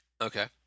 Okay